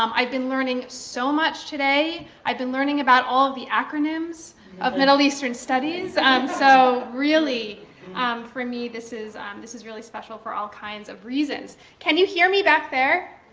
um i've been learning so much today. i've been learning about all of the acronyms of middle eastern studies and so really um for me, this is um this is really special for all kinds of reasons. can you hear me back there?